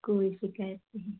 कोई शिकायत नहीं